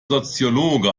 soziologe